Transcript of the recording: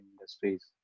industries